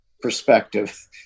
perspective